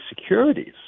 securities